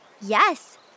Yes